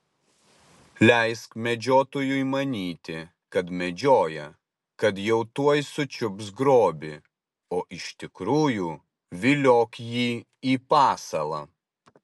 leisk medžiotojui manyti kad medžioja kad jau tuoj sučiups grobį o iš tikrųjų viliok jį į pasalą